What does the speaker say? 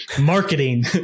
marketing